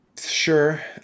sure